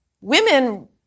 women